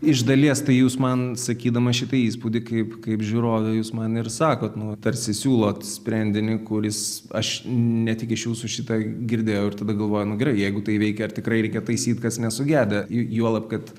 iš dalies tai jūs man sakydama šitą įspūdį kaip kaip žiūrovė jūs man ir sakot tu nutarsi siūlot sprendinį kuris aš ne tik iš jūsų šitą girdėjau ir tada galvoju nu gerai jeigu tai veikia ar tikrai reikia taisyt kas nesugedę juolab kad